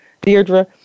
Deirdre